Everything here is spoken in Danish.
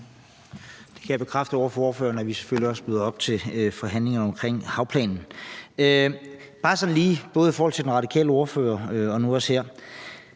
Jeg kan bekræfte over for ordføreren, at vi selvfølgelig også møder op til forhandlingerne om havplanen. Jeg vil, både i forhold til den radikale ordfører og nu også her,